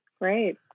Great